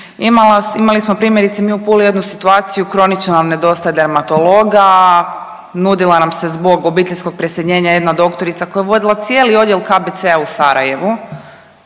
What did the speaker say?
imali smo primjerice u Puli jednu situaciju, kronično nam nedostaje dermatologa, nudila nam se zbog obiteljskog preseljenja jedna doktorica koja je vodila cijeli odjel KBC-a u Sarajevu,